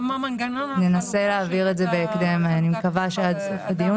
האלה, מקווה שעד סוף הדיון